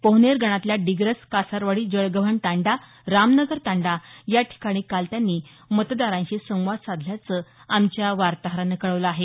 पोहनेर गणातल्या डिग्रस कासारवाडी जळगव्हाण तांडा रामनगर तांडा या ठिकाणी काल त्यांनी मतदारांशी संवाद साधल्याचं आमच्या वार्ताहरानं कळवलं आहे